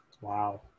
Wow